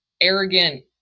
arrogant